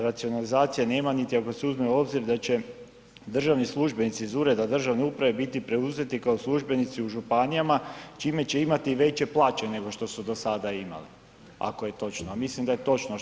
Racionalizacije nema niti ako se uzme u obzir da će državni službenici iz ureda državne uprave biti preuzeti kao službenici u županijama čime će imati veće plaće nego što su do sada imali ako je točno a mislim da je točno.